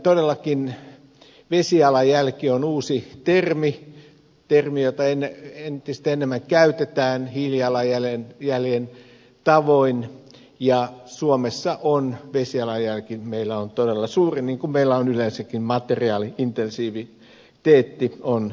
todellakin vesijalanjälki on uusi termi termi jota entistä enemmän käytetään hiilijalanjäljen tavoin ja meillä suomessa vesijalanjälki on todella suuri niin kuin meillä yleensäkin materiaali intensiviteetti on suuri